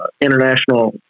International